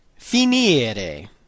Finire